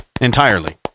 entirely